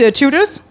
tutors